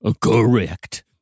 Correct